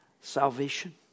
salvation